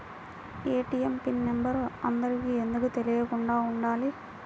ATM pin number అందరికి ఎందుకు తెలియకుండా ఉండాలి?